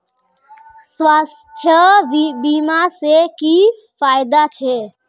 स्वास्थ्य बीमा से की की फायदा छे?